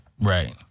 Right